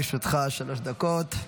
לרשותך שלוש דקות.